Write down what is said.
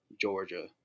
Georgia